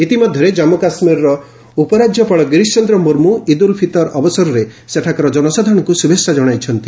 ଇତିମଧ୍ୟରେ ଜନ୍ମୁ କାଶ୍ମୀର୍ର ଉପରାଜ୍ୟପାଳ ରିରୀଶ ଚନ୍ଦ୍ର ମୁର୍ମୁ ଇଦ୍ ଉଲ୍ ଫିତର୍ ଅବସରରେ ସେଠାକାର ଜନସାଧାରଣଙ୍କୁ ଶୁଭେଛା ଜଣାଇଛନ୍ତି